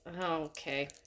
Okay